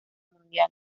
mundial